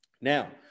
Now